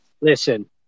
Listen